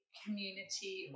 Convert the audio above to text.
community